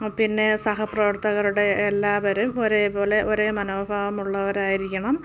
പിന്നെ സഹപ്രവർത്തകരുടെ എല്ലാവരും ഒരേപോലെ ഒരേ മനോഭാവമുള്ളവരായിരിക്കണം